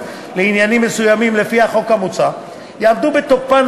לעניינים מסוימים לפי החוק המוצע יעמדו בתוקפן